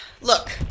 Look